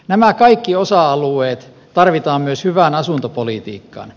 nämä kaikki osa alueet tarvitaan myös hyvään asuntopolitiikkaan